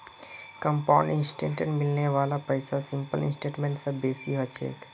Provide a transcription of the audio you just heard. compound इंटरेस्टत मिलने वाला पैसा सिंपल इंटरेस्ट स बेसी ह छेक